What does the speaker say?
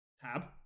tab